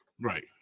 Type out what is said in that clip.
Right